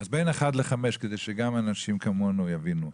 אז בין 1 ל-5, כדי שגם אנשים כמונו יבינו,